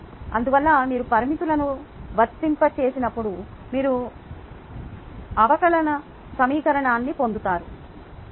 అందువల్ల మీరు పరిమితులను వర్తింపచేసినప్పుడు మీరు అవకలన సమీకరణాన్ని పొందుతారు వీటిని అని వ్రాయవచ్చు